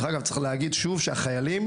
דרך אגב, צריך להגיד שוב שהחיילים,